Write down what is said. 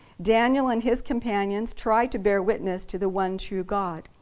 daniel and his companions try to bear witness to the one true god.